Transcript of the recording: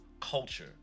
culture